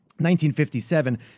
1957